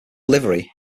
livery